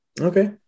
Okay